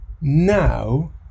now